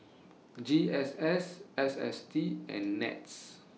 G S S S S T and Nets